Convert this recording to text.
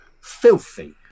filthy